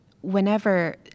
whenever